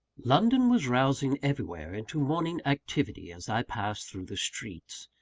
london was rousing everywhere into morning activity, as i passed through the streets.